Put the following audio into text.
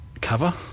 cover